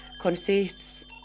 consists